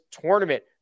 tournament